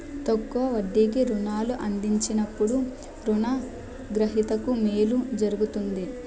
తక్కువ వడ్డీకి రుణాలు అందించినప్పుడు రుణ గ్రహీతకు మేలు జరుగుతుంది